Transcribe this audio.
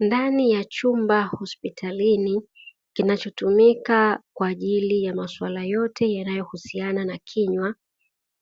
Ndani ya chumba hospitalini kinachotumika kwa ajili ya masuala yote yanahusiana na kinywa,